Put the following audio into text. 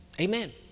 amen